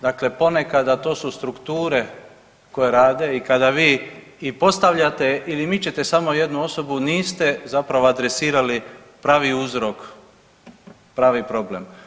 Dakle, ponekada to su strukture koje rade i kada vi i postavljate ili mičete samo jednu osobu niste zapravo adresirali pravi uzrok, pravi problem.